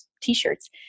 t-shirts